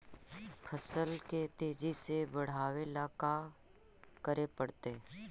फसल के तेजी से बढ़ावेला का करे पड़तई?